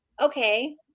Okay